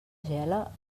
gela